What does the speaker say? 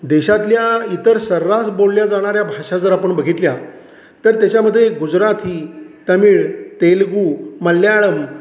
देशातल्या इतर सर्रास बोलल्या जाणाऱ्या भाषा जर आपण बघितल्या तर त्याच्यामध्ये गुजराती तमिळ तेलगू मल्याळम